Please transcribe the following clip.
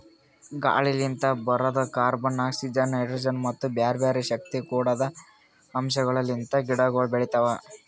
ಗಾಳಿಲಿಂತ್ ಬರದ್ carbon, oxygen, hydrogen ಮತ್ತ ಬ್ಯಾರೆ ಬ್ಯಾರೆ ಶಕ್ತಿ ಕೊಡದ್ ಅಂಶಗೊಳ್ ಲಿಂತ್ ಗಿಡಗೊಳ್ ಬೆಳಿತಾವ್